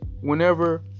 Whenever